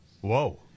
whoa